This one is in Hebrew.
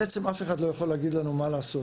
אף אחד לא יכול להגיד לנו מה לעשות,